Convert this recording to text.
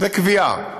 קביעה.